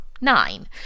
nine